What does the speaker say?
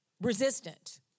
resistant